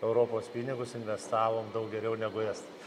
europos pinigus investavom daug geriau negu estai